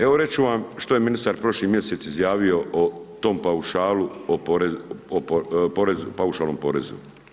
Evo, reći ću vam što je ministar prošli mjesec izjavio o tom paušalu o porezu, paušalnom porezu.